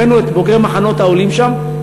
הבאנו את בוגרי "מחנות העולים" שם,